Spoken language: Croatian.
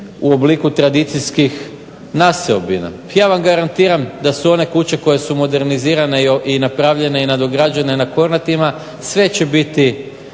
u obliku tradicijskih naseobina. Ja vam garantiram da su one kuće koje su modernizirane i napravljene i nadograđene na Kornatima sve će biti